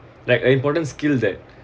like important skill that